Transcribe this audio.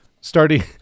Starting